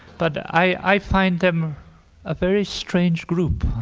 but i find them a very strange group.